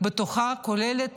כוללת